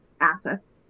assets